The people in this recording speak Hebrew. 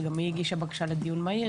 שגם היא הגישה בקשה לדיון מהיר,